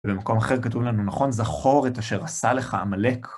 ובמקום אחר כתוב לנו, נכון, זכור את אשר עשה לך עמלק.